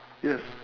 yes